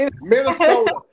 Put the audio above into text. Minnesota